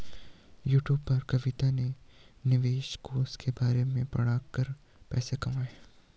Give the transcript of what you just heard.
YouTube पर कविता ने निवेश कोष के बारे में पढ़ा कर पैसे कमाए